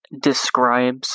Describes